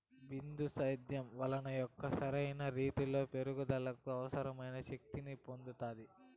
బిందు సేద్యం వలన మొక్క సరైన రీతీలో పెరుగుదలకు అవసరమైన శక్తి ని పొందుతాది